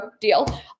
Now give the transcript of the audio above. deal